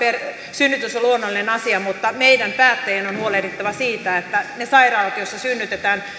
synnytys on luonnollinen asia mutta meidän päättäjien on on huolehdittava siitä että niissä sairaaloissa joissa synnytetään